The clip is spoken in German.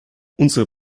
unsere